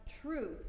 truth